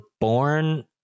born